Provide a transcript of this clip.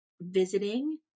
visiting